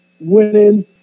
winning